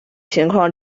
情况